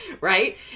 right